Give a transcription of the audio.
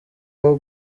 aho